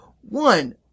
one